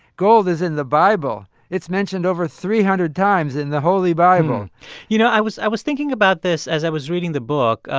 gold is in the bible. it's mentioned over three hundred times in the holy bible you know, i was i was thinking about this as i was reading the book.